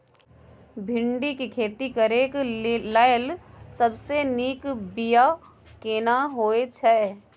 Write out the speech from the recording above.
भिंडी के खेती करेक लैल सबसे नीक बिया केना होय छै?